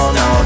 no